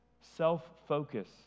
self-focus